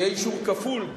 כשיהיה אישור כפול,